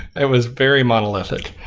it was very monolithic.